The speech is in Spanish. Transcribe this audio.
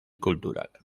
cultural